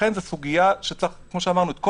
משרד